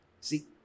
see